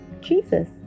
Jesus